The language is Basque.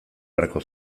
beharko